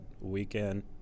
weekend